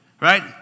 Right